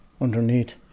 underneath